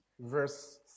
Verse